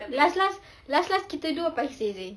last last last last kita dua paiseh seh